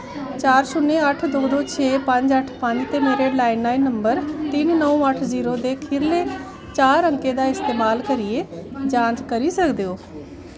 चार शून्य अट्ठ दो दो छे पंज अट्ठ पंज ते मेरे लैंडलाइन नंबर तिन्न नौ अट्ठ जीरो दे खीरले चार अंकें दा इस्तेमाल करियै जांच करी सकदे ओ